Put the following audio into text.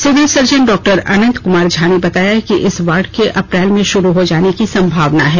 civil surgeon doctor Anant Kumar Jha ने बताया कि इस वार्ड के अप्रैल में शुरू हो जाने की संभावना है